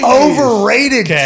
overrated